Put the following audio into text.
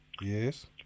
Yes